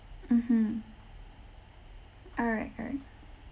mmhmm all right all right